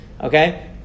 Okay